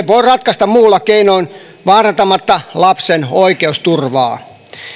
voi ratkaista muilla keinoin vaarantamatta lapsen oikeusturvaa